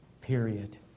period